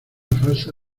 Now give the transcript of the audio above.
falsa